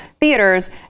theaters